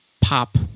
pop